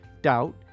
Doubt